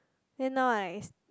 then now I